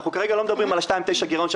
אנחנו כרגע לא מדברים על 2.9 גירעון של